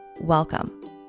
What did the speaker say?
Welcome